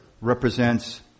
represents